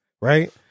Right